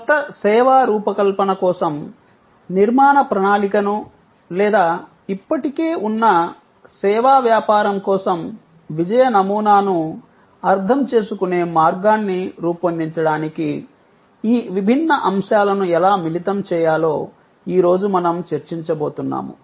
క్రొత్త సేవా రూపకల్పన కోసం నిర్మాణ ప్రణాళికను లేదా ఇప్పటికే ఉన్న సేవా వ్యాపారం కోసం విజయ నమూనాను అర్థం చేసుకునే మార్గాన్ని రూపొందించడానికి ఈ విభిన్న అంశాలను ఎలా మిళితం చేయాలో ఈ రోజు మనం చర్చించబోతున్నాము